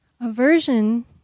Aversion